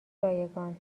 رایگان